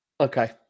Okay